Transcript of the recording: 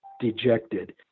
dejected